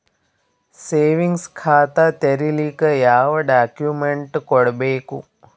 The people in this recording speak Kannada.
ಸೇವಿಂಗ್ಸ್ ಖಾತಾ ತೇರಿಲಿಕ ಯಾವ ಡಾಕ್ಯುಮೆಂಟ್ ಕೊಡಬೇಕು?